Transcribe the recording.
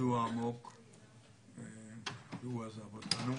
וזעזוע עמוק כשהוא עזב אותנו.